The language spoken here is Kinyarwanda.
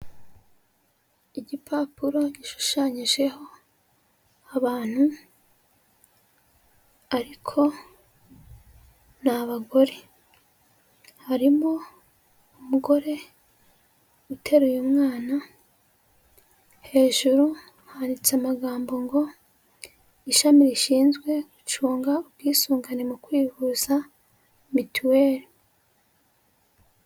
Igipapuro gishushanyijeho abantu, ariko ni abagore. Harimo umugore uteruye umwana, hejuru handitse amagambo ngo, ishami rishinzwe gucunga ubwisungane mu kwivuza, mituweli.